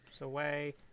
away